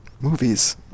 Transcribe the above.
movies